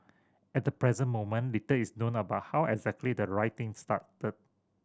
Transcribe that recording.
at the present moment little is known about how exactly the rioting started